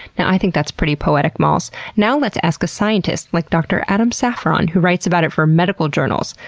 and i think that's pretty poetic, molls. now let's ask a scientist, like dr. adam safron, who writes about it for medical journals,